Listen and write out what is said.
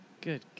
good